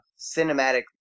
cinematic